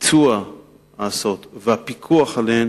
ביצוע ההסעות והפיקוח עליהן